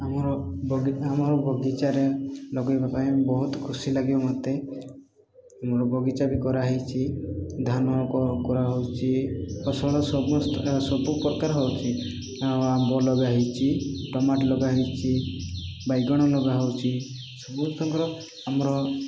ଆମର ବଗି ଆମର ବଗିଚାରେ ଲଗେଇବା ପାଇଁ ବହୁତ ଖୁସି ଲାଗେ ମୋତେ ଆମର ବଗିଚା ବି କରାହେଇଛି ଧାନ କରାହଉଛି ଫସଲ ସମସ୍ତ ସବୁ ପ୍ରକାର ହଉଛି ଆମ୍ବ ଲଗାହେଇଛି ଟମାଟୋ ଲଗାହେଇଛି ବାଇଗଣ ଲଗାହଉଛି ସମସ୍ତଙ୍କର ଆମର